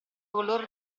color